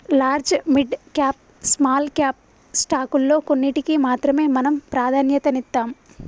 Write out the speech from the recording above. large, mid cap, small cap స్టాకుల్లో కొన్నిటికి మాత్రమే మనం ప్రాధన్యతనిత్తాం